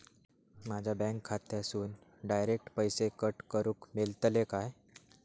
माझ्या बँक खात्यासून डायरेक्ट पैसे कट करूक मेलतले काय?